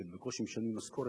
שבקושי משלמים משכורת,